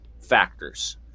factors